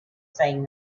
saying